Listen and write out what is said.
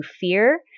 fear